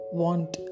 want